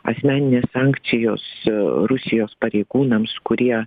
asmeninės sankcijos rusijos pareigūnams kurie